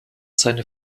seine